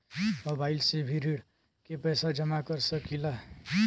Mobile से भी ऋण के पैसा जमा कर सकी ला?